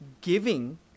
giving